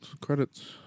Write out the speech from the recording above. credits